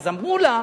אז אמרו לה: